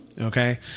okay